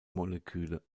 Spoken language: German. moleküle